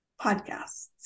podcasts